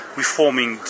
reforming